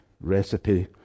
recipe